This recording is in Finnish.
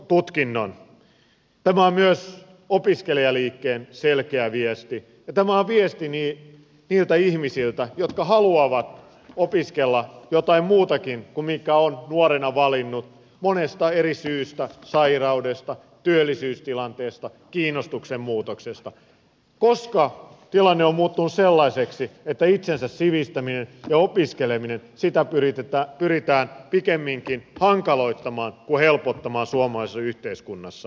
tämä on myös opiskelijaliikkeen selkeä viesti ja tämä on viesti niiltä ihmisiltä jotka haluavat opiskella jotain muutakin kuin minkä ovat nuorena valinneet monesta eri syystä sairaudesta työllisyystilanteesta kiinnostuksen muutoksesta koska tilanne on muuttunut sellaiseksi että itsensä sivistämistä ja opiskelemista pyritään pikemminkin hankaloittamaan kuin helpottamaan suomalaisessa yhteiskunnassa